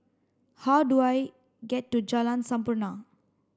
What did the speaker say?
how do I get to Jalan Sampurna